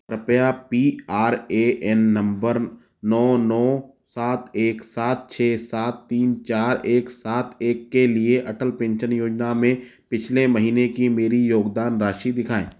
कृपया P R A N number नौ नौ सात एक सात छः सात तीन चार एक सात एक के लिए अटल पेंशन योजना में पिछले महीने की मेरी योगदान राशि दिखाएँ